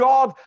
God